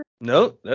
No